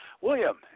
William